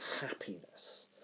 happiness